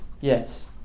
Yes